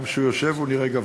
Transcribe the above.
גם כשהוא יושב הוא נראה גבוה.